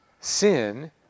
sin